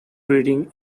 breeding